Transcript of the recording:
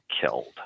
killed